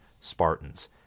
Spartans